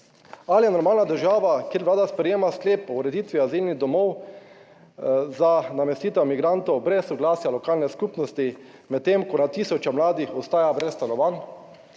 Ali je normalna država, kjer vlada sprejema sklep o ureditvi azilnih domov? Za namestitev migrantov brez soglasja lokalne skupnosti, medtem ko na tisoče mladih ostaja brez stanovanj?